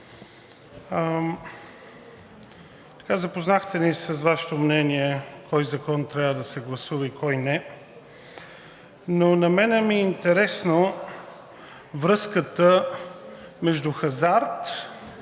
запознахте с Вашето мнение кой закон трябва да се гласува и кой не. На мен ми е интересна връзката между хазарт,